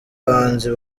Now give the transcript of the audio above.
abahanzi